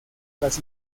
las